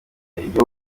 iryo